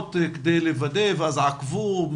מצלמות כדי לוודא ואז עקבו?